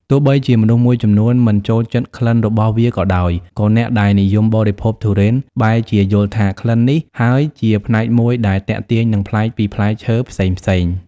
ទោះបីជាមនុស្សមួយចំនួនមិនចូលចិត្តក្លិនរបស់វាក៏ដោយ ក៏អ្នកដែលនិយមបរិភោគទុរេនបែរជាយល់ថាក្លិននេះហើយជាផ្នែកមួយដែលទាក់ទាញនិងប្លែកពីផ្លែឈើផ្សេងៗ។